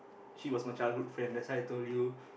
she was my childhood friend that's why I told you